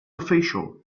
official